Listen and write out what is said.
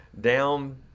down